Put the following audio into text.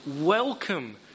welcome